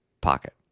pocket